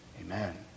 Amen